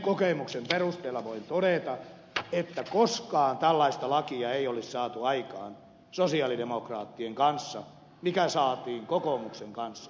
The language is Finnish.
kokemuksen perusteella voin todeta että koskaan tällaista lakia ei olisi saatu aikaan sosialidemokraattien kanssa kuin saatiin kokoomuksen kanssa yhteisessä hallituksessa